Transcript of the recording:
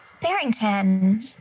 Barrington